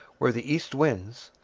where the east winds,